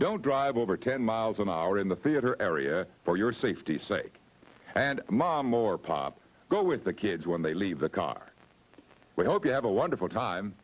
don't drive over ten miles an hour in the theater area for your safety's sake and mom or pop go with the kids when they leave the car we hope you have a wonderful time